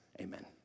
amen